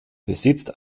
besitzt